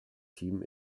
team